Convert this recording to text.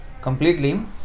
completely